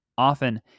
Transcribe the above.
Often